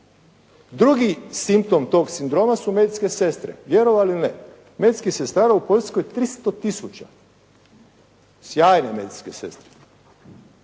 Drugi simptom tog sindroma su medicinske sestre. Vjerovali ili ne, medicinskih sestara u Poljskoj 300 000, sjajne medicinske sestre.